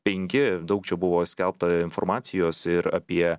penki daug čia buvo skelbta informacijos ir apie